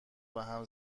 بهم